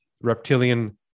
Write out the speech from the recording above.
reptilian